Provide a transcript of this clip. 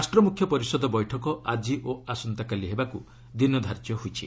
ରାଷ୍ଟ୍ର ମୁଖ୍ୟ ପରିଷଦ ବୈଠକ ଆଜି ଓ ଆସନ୍ତାକାଲି ହେବାକୁ ଦିନ ଧାର୍ଯ୍ୟ ହୋଇଛି